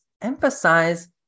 emphasize